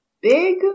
big